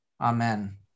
Amen